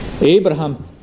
Abraham